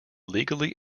legally